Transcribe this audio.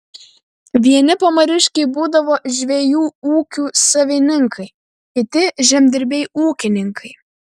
vieni pamariškiai būdavo žvejų ūkių savininkai kiti žemdirbiai ūkininkai